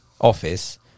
office